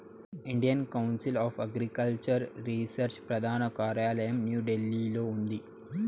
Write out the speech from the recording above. Indian council of agricultural research ప్రధాన కార్యాలయం న్యూఢిల్లీలో ఉంది